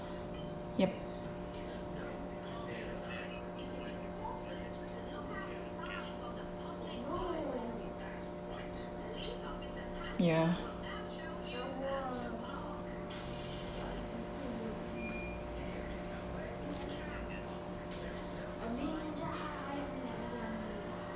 yup ya